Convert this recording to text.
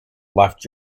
left